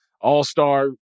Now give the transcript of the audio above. all-star